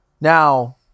Now